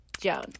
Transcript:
Joan